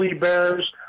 bears